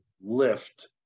lift